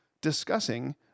discussing